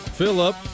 Philip